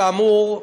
כאמור,